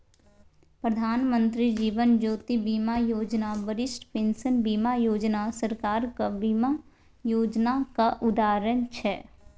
प्रधानमंत्री जीबन ज्योती बीमा योजना, बरिष्ठ पेंशन बीमा योजना सरकारक बीमा योजनाक उदाहरण छै